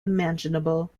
imaginable